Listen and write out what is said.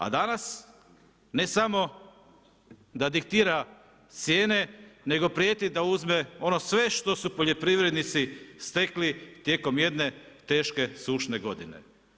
A danas, ne samo da diktira cijene, nego prijeti da uzme, ono sve što su poljoprivrednici stekli tijekom jedne teške suđene godine.